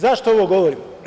Zašto ovo govorim?